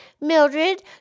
Mildred